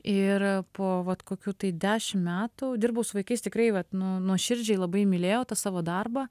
ir po vat kokių tai dešimt metų dirbau su vaikais tikrai vat nu nuoširdžiai labai mylėjau tą savo darbą